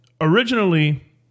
originally